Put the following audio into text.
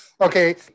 okay